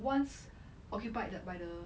once occupied the by the